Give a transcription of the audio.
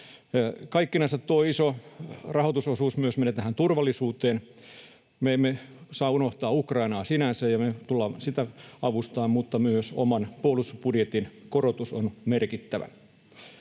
Kaikkenansa iso rahoitusosuus myös menee turvallisuuteen. Me emme saa unohtaa Ukrainaa sinänsä, ja me tullaan sitä avustamaan, mutta myös oman puolustusbudjetin korotus on merkittävä,